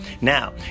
Now